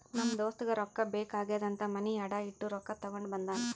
ನಮ್ ದೋಸ್ತಗ ರೊಕ್ಕಾ ಬೇಕ್ ಆಗ್ಯಾದ್ ಅಂತ್ ಮನಿ ಅಡಾ ಇಟ್ಟು ರೊಕ್ಕಾ ತಗೊಂಡ ಬಂದಾನ್